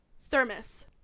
Thermos